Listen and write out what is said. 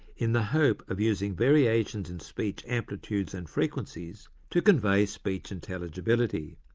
in the hope of using variations in speech amplitudes and frequencies to convey speech intelligibility.